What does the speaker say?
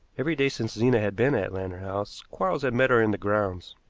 every day since zena had been at lantern house quarles had met her in the grounds.